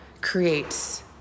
creates